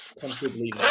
comfortably